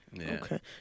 okay